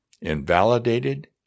invalidated